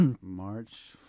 March